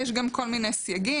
יש גם כל מיני סייגים,